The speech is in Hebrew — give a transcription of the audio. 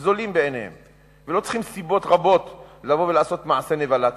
זולים בעיניהם ולא צריכים סיבות רבות לבוא ולעשות מעשי נבלה כאלו.